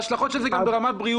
ההשלכות של זה הן גם ברמה בריאותית.